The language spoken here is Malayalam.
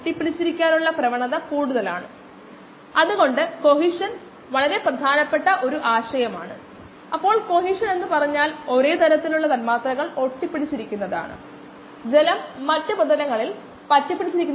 35 ആണ് കൂടാതെ ഒരു ലൈൻവീവർ ബർക്ക് പ്ലോട്ടിൽ ഈ ചരിവ് K m ന് v m ന് തുല്യമാണെന്ന് നമുക്കറിയാം